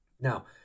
now